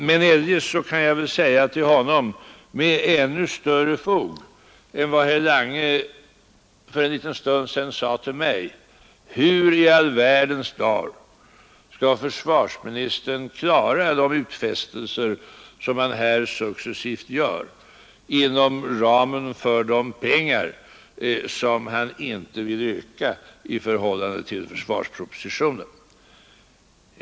Men eljest kan jag säga till honom, med mycket större fog än herr Lange hade när han för en liten stund sedan resonerade med mig, att hur i all världens dar skall försvarsministern klara de utfästelser som han här successivt gör och klara dem inom ramen för de pengar som han inte vill öka i förhållande till försvarspropositionen.